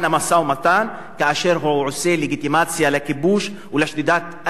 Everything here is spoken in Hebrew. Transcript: כאשר הוא עושה לגיטימציה לכיבוש ולשדידת אדמות מהפלסטינים.